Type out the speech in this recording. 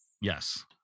Yes